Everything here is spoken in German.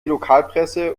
lokalpresse